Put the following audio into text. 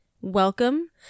Welcome